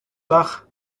dach